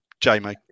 Jamie